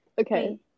Okay